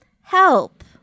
Help